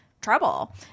trouble